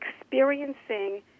experiencing